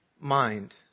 mind